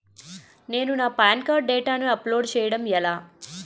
నేను నా pan card డేటాను అప్లోడ్ చేయడం ఎలా?